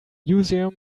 museum